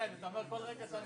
לכן אני לא רוצה לקבל כרגע החלטה.